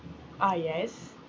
ah yes